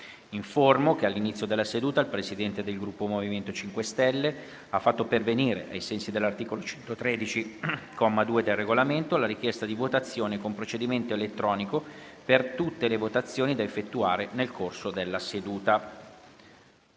che all'inizio della seduta il Presidente del Gruppo MoVimento 5 Stelle ha fatto pervenire, ai sensi dell'articolo 113, comma 2, del Regolamento, la richiesta di votazione con procedimento elettronico per tutte le votazioni da effettuare nel corso della seduta.